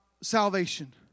salvation